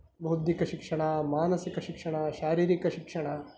ಬೌದ್ಧಿಕ ಶಿಕ್ಷಣ ಮಾನಸಿಕ ಶಿಕ್ಷಣ ಶಾರೀರಿಕ ಶಿಕ್ಷಣ